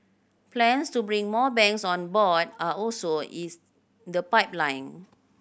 plans to bring more banks on board are also is the pipeline